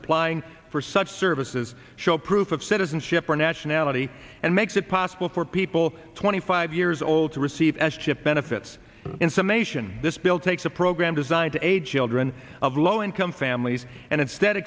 applying for such services show proof of citizenship or nationality and makes it possible for people twenty five years old to receive s chip benefits in summation this bill takes a program designed to a jailed ruin of low income families and instead